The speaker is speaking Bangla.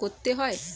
করতে হয়?